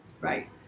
Right